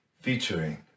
featuring